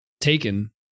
taken